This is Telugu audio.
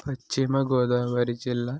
పశ్చిమ గోదావరి జిల్లా